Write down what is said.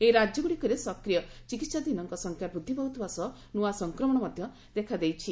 ଏହି ରାଜ୍ୟଗୁଡ଼ିକରେ ସକ୍ରିୟ ଚିକିତ୍ସାଧୀନଙ୍କ ସଂଖ୍ୟା ବୃଦ୍ଧି ପାଉଥିବା ସହ ନୂଆ ସଂକ୍ରମଣ ମଧ୍ୟ ଦେଖାଦେଇଛି